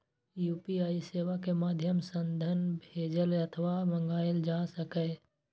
UPI सेवा के माध्यम सं धन भेजल अथवा मंगाएल जा सकैए